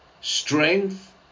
strength